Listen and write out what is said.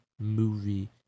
movie